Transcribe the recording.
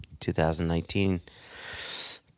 2019